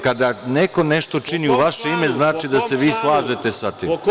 Kada neko nešto čini u vaše ime, znači da se vi slažete sa tim.